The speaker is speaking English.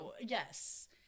yes